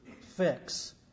fix